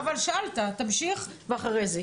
אז אחרי זה תשאל, תמשיך, ואחרי זה.